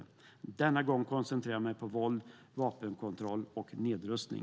Men denna gång koncentrerar jag mig på frågor som gäller våld, vapenkontroll och nedrustning.